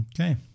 Okay